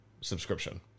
subscription